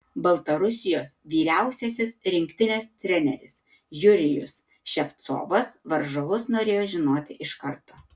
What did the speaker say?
baltarusijos vyriausiasis rinktinės treneris jurijus ševcovas varžovus norėjo žinoti iš karto